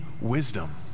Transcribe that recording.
wisdom